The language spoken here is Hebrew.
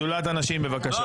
טל הוכמן משדולת הנשים, בבקשה.